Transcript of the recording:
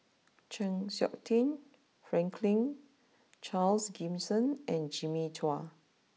Chng Seok Tin Franklin Charles Gimson and Jimmy Chua